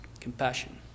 Compassion